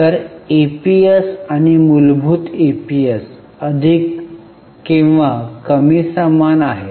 तर ईपीएस आणि मूलभूत ईपीएस अधिक किंवा कमी समान आहेत